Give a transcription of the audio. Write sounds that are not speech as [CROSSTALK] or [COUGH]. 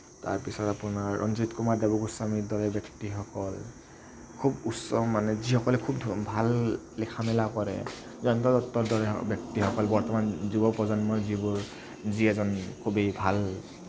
তাৰপিছত আপোনাৰ ৰঞ্জিত কুমাৰ দেৱগোস্বামীৰ দৰে ব্যক্তিসকল খুব উচ্চ মানে যিসকলে খুব [UNINTELLIGIBLE] ভাল লিখা মেলা কৰে জয়ন্ত দত্তৰ দৰে ব্যক্তিসকল বৰ্তমান যুৱপ্ৰজন্মই যিবোৰ যি এজন খুবেই ভাল